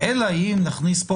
אלא אם נכניס פה,